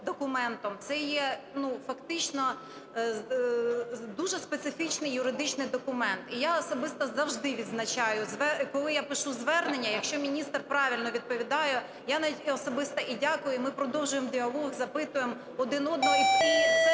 це є фактично дуже специфічний юридичний документ. І я особисто завжди відзначаю, коли я пишу звернення, якщо міністр правильно відповідає, я навіть особисто дякую, і ми продовжуємо діалог, запитуємо один одного,